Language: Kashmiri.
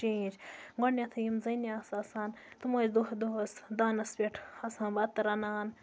چینٛج گۄڈٕنٮ۪تھٕے یِم زَنہِ آسہٕ آسان تِم ٲسۍ دۄہ دۄہَس دانَس پٮ۪ٹھ آسان بَتہٕ رَنان